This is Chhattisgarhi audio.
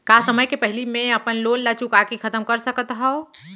का समय ले पहिली में अपन लोन ला चुका के खतम कर सकत हव?